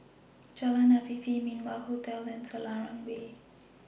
Jalan Afifi Min Wah Hotel and Selarang Way